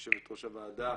יושבת ראש הוועדה,